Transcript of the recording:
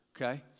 okay